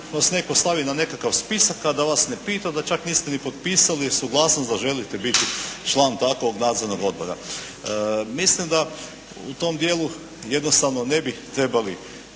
vas netko stavi na nekakav spisak a da vas ne pita. Da čak niste ni potpisali suglasnost da želite biti član takvog nadzornog odbora. Mislim da u tom dijelu jednostavno ne bi trebali,